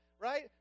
Right